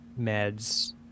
meds